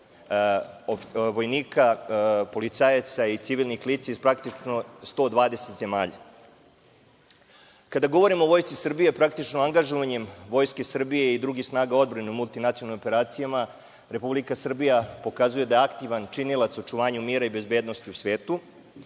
vojnika, policajaca i civilnih lica iz praktično 120 zemalja. Kada govorim o Vojsci Srbije, praktično, angažovanjem Vojske Srbije i drugih snaga odbrane u multinacionalnim operacijama, Republika Srbija pokazuje da je aktivan činilac u očuvanju mira i bezbednosti u svetu.